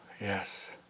yes